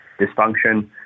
dysfunction